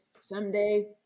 Someday